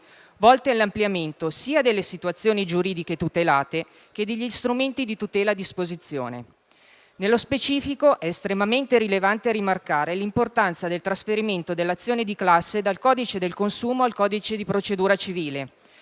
volte all'ampliamento sia delle situazioni giuridiche tutelate che degli strumenti di tutela a disposizione. Nello specifico, è estremamente rilevante rimarcare l'importanza del trasferimento dell'azione di classe dal codice del consumo al codice di procedura civile,